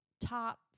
top